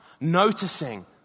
noticing